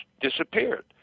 disappeared